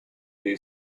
new